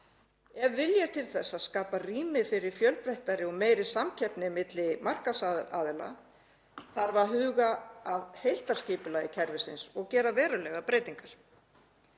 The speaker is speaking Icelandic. Ef vilji er til að skapa rými fyrir fjölbreyttari og meiri samkeppni milli markaðsaðila þarf að huga að heildarskipulagi kerfisins og gera verulegar breytingar.